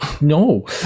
no